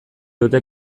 dute